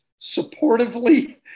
supportively